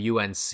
UNC